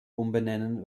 umbenennen